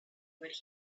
would